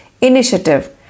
Initiative